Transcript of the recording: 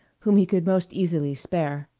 whom he could most easily spare.